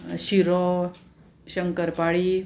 शिरो शंकरपाळी